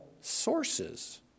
sources